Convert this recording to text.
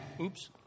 oops